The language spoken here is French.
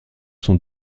sont